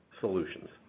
solutions